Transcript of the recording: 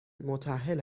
متاهل